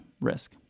risk